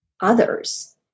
others